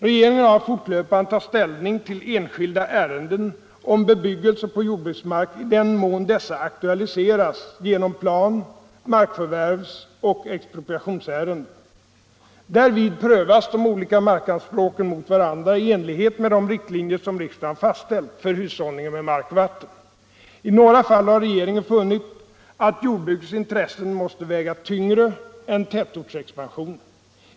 Regeringen har att fortlöpande ta ställning till enskilda ärenden om bebyggelse på jordbruksmark i den mån dessa aktualiseras genom plan-, markförvärvsoch expropriationsärenden. Därvid prövas de olika markanspråken mot varandra i enlighet med de riktlinjer som riksdagen fastställt för hushållningen med mark och vatten. I några fall har regeringen funnit att jordbrukets intressen måste väga tyngre än tätortsexpansionen.